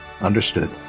Understood